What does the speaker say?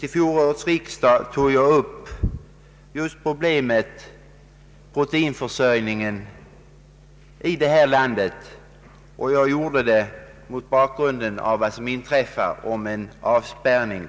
Vid fjolårets riksdag tog jag upp problemet om proteinförsörjningen här i landet i händelse av en avspärrning.